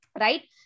right